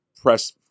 press